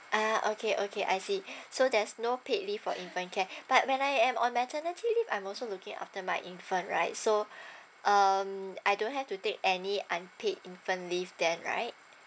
ah okay okay I see so there's no paid leave for infant care but when I am on maternity leave I'm also looking after my infant right so um I don't have to take any unpaid infant leave then right